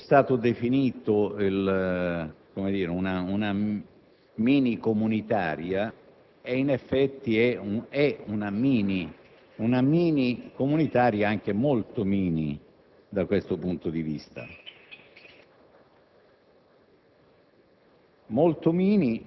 obblighi comunitari ed internazionali. Il provvedimento è stato definito una minicomunitaria, e in effetti è una minicomunitaria, anche molto mini da questo punto di vista: